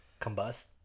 combust